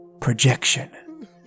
Projection